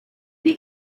die